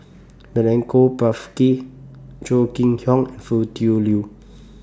Milenko Prvacki Chong Kee Hiong Foo Tui Liew